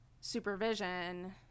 supervision